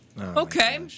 Okay